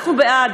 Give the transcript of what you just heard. אנחנו בעד,